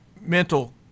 mental